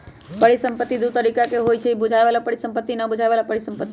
परिसंपत्ति दु तरिका के होइ छइ बुझाय बला परिसंपत्ति आ न बुझाए बला परिसंपत्ति